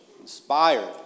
inspired